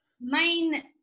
main